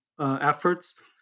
Efforts